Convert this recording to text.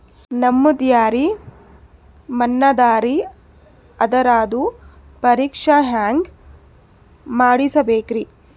ನಮ್ದು ಎರಿ ಮಣ್ಣದರಿ, ಅದರದು ಪರೀಕ್ಷಾ ಹ್ಯಾಂಗ್ ಮಾಡಿಸ್ಬೇಕ್ರಿ?